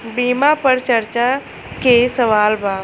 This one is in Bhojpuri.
बीमा पर चर्चा के सवाल बा?